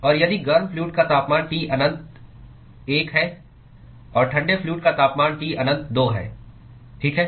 और यदि गर्म फ्लूअड का तापमान T अनंत 1 है और ठंडे फ्लूअड का तापमान T अनंत 2 है ठीक है